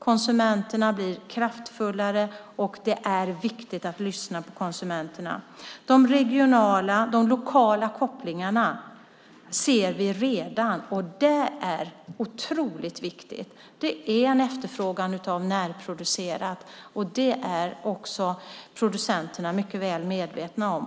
Konsumenterna blir kraftfullare, och det är viktigt att lyssna på konsumenterna. De regionala och lokala kopplingarna ser vi redan. Det är otroligt viktigt. Det finns en efterfrågan på närproducerade varor, och det är producenterna mycket väl medvetna om.